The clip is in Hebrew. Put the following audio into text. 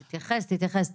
תתייחס, תתייחס.